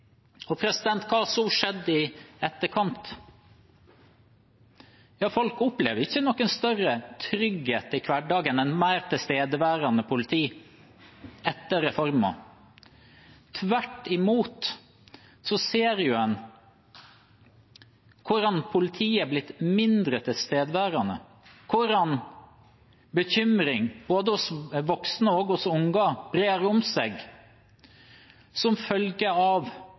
Hva har skjedd i etterkant? Folk opplever ikke større trygghet i hverdagen og et mer tilstedeværende politi etter reformen – tvert imot. En ser hvordan politiet har blitt mindre tilstedeværende, og hvordan bekymringen hos både voksne og unge brer om seg som følge av